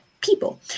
people